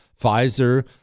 Pfizer